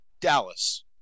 Dallas